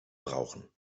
brauchen